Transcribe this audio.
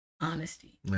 honesty